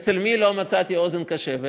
אצל מי לא מצאתי אוזן קשבת?